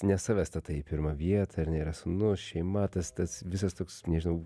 ne save statai į pirmą vietą ar ne yra sūnus šeima tas tas visas toks nežinau